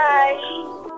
Bye